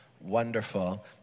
Wonderful